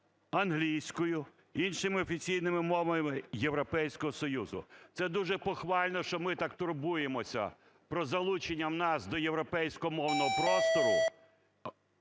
англійською, іншими офіційними мовами Європейського Союзу. Це дуже похвально, що ми так турбуємося про залучення нас до європейськомовного простору.